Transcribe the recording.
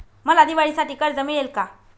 मला दिवाळीसाठी कर्ज मिळेल का?